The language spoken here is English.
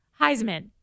Heisman